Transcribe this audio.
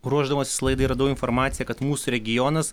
ruošdamasis laidai radau informaciją kad mūsų regionas